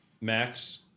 Max